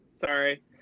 Sorry